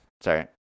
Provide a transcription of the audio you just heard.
sorry